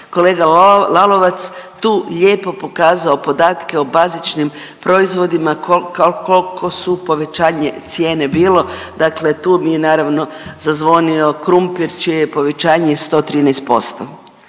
kolega Lalovac tu lijepo pokazao podatke o bazičnim proizvodima kolko su povećanje cijene bilo, dakle tu mi je naravno zazvonio krumpir čije je povećanje 113%,